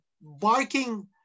barking